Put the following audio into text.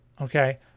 okay